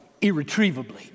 irretrievably